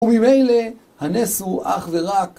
וממילא הנס הוא אך ורק